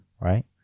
right